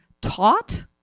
taught